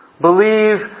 Believe